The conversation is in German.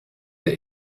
der